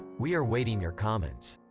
we are waiting your comments,